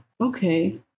okay